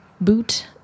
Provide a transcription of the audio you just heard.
boot